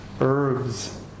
herbs